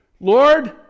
Lord